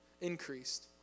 increased